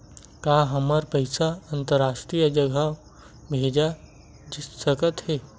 का हमर पईसा अंतरराष्ट्रीय जगह भेजा सकत हे?